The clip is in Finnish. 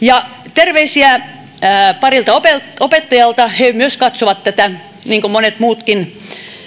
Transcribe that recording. terveisiä parilta opettajalta myös he katsovat tätä niin kuin monet muutkin